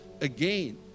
again